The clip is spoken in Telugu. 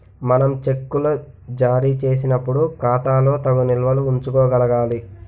మనం చెక్కులు జారీ చేసినప్పుడు ఖాతాలో తగు నిల్వలు ఉంచుకోగలగాలి